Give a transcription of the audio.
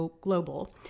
Global